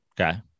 Okay